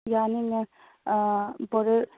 ꯌꯥꯅꯤ ꯃꯦꯝ